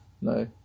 No